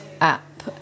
app